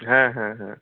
হ্যাঁ হ্যাঁ হ্যাঁ